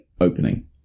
opening